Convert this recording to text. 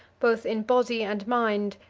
both in body and mind,